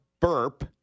burp